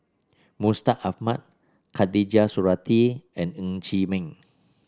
Mustaq Ahmad Khatijah Surattee and Ng Chee Meng